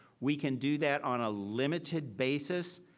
we can do that on a limited basis.